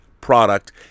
product